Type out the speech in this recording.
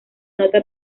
nota